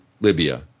libya